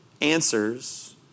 answers